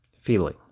feeling